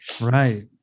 right